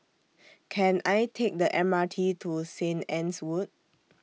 Can I Take The M R T to Saint Anne's Wood